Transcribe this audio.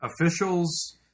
officials